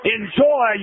enjoy